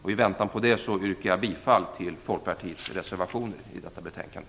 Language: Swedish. I väntan på det yrkar jag bifall till Folkpartiets reservationer i detta betänkande.